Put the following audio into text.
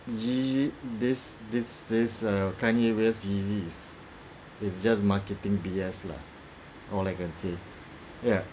g this this this are carnivorous easy's it's just marketing B_S lah all I can say ya